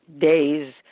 days